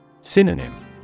Synonym